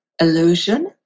illusion